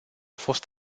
fost